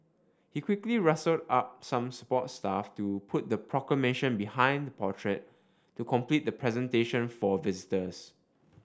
he quickly rustled up some support staff to put the Proclamation behind the portrait to complete the presentation for visitors